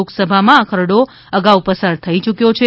લોકસભામાં આ ખરડો અગાઉ પસાર થઈ ચૂક્યો છે